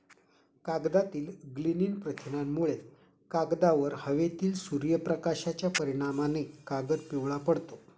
कागदातील लिग्निन प्रथिनांमुळे, कागदावर हवेतील सूर्यप्रकाशाच्या परिणामाने कागद पिवळा पडतो